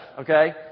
Okay